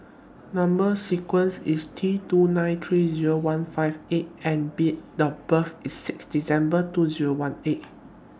Number sequence IS T two nine three Zero one five eight and B The birth IS six December two Zero one eight